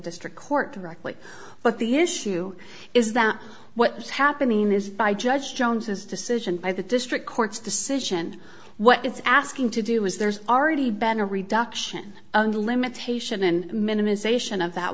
district court rockley but the issue is that what is happening is by judge jones as decision by the district court's decision what it's asking to do is there's already been a reduction in limitation and minimisation of that